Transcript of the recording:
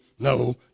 No